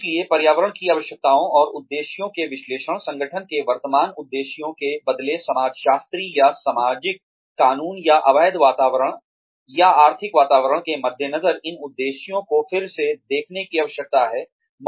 इसलिए पर्यावरण की आवश्यकताओं और उद्देश्यों के विश्लेषण संगठन के वर्तमान उद्देश्यों के बदलते समाजशास्त्री या सामाजिक कानूनी या अवैध वातावरण या आर्थिक वातावरण के मद्देनज़र इन उद्देश्यों को फिर से देखने की आवश्यकता है